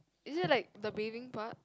is it like the bathing part